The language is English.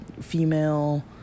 Female